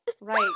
Right